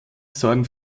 sorgen